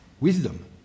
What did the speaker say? wisdom